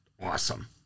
Awesome